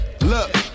Look